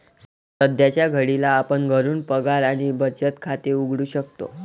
सध्याच्या घडीला आपण घरून पगार आणि बचत खाते उघडू शकतो